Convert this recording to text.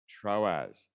Troas